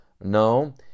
No